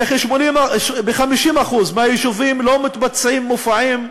ב-50% מהיישובים לא מתבצעים מופעים,